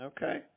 Okay